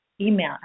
email